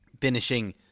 finishing